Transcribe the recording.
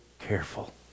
careful